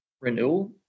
renewal